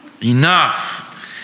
Enough